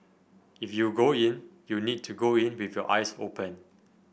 if you go in you need to go in with your eyes open